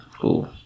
Cool